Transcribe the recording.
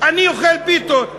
עני אוכל פיתות.